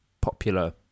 popular